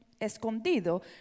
escondido